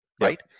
right